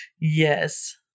Yes